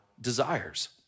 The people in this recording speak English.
desires